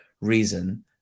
reason